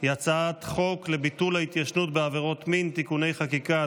היא הצעת חוק לביטול ההתיישנות בעבירות מין (תיקוני חקיקה),